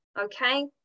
okay